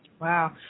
Wow